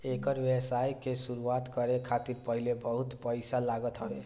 एकर व्यवसाय के शुरुआत करे खातिर पहिले बहुते पईसा लागत हवे